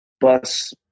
bus